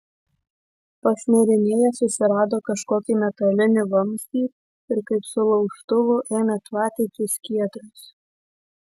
pašmirinėjęs susirado kažkokį metalinį vamzdį ir kaip su laužtuvu ėmė tvatyti skiedras